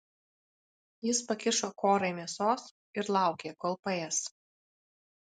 jis pakišo korai mėsos ir laukė kol paės